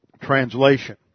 translation